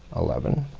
eleven,